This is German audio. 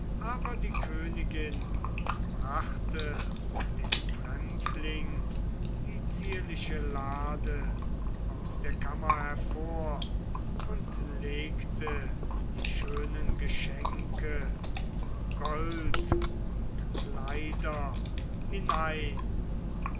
aber die königin brachte dem fremdling die zierliche lade aus der kammer hervor und legte die schönen geschenke gold und kleider hinein